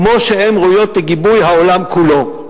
כמו שהן ראויות לגיבוי העולם כולו.